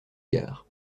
gare